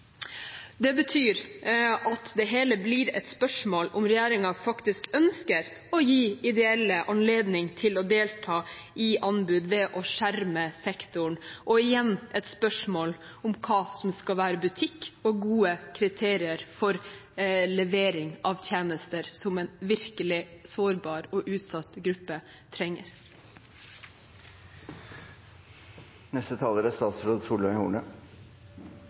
Det betyr at det hele blir et spørsmål om regjeringen faktisk ønsker å gi ideelle anledning til å delta i anbud ved å skjerme sektoren, og igjen et spørsmål om hva som skal være butikk, og hva som skal være gode kriterier for levering av tjenester som en virkelig sårbar og utsatt gruppe